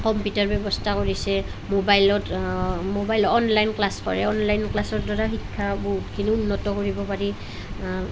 computer ব্যৱস্থা কৰিছে ম'বাইলত ম'বাইলত অনলাইন ক্লাছ কৰে অনলাইন ক্লাছৰ দ্বাৰা শিক্ষা বহুতখিনি উন্নত কৰিব পাৰি